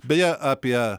beje apie